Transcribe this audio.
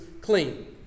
clean